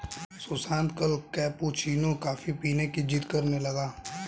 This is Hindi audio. सुशांत कल कैपुचिनो कॉफी पीने की जिद्द करने लगा